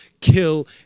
kill